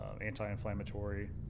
anti-inflammatory